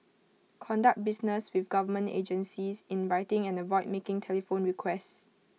conduct business with government agencies in writing and avoid making telephone requests